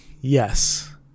yes